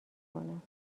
کنم